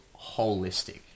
holistic